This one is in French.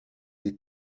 des